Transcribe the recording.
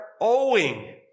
owing